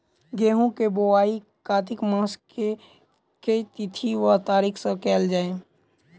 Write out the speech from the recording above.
गेंहूँ केँ बोवाई कातिक मास केँ के तिथि वा तारीक सँ कैल जाए?